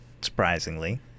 Surprisingly